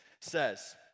says